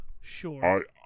Sure